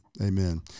Amen